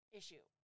issue